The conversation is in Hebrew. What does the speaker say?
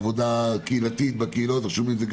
עבודה קהילתית בקהילות השונות,